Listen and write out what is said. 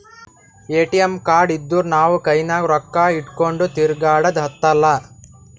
ATM card ಇದ್ದೂರ್ ನಾವು ಕೈನಾಗ್ ರೊಕ್ಕಾ ಇಟ್ಗೊಂಡ್ ತಿರ್ಗ್ಯಾಡದ್ ಹತ್ತಲಾ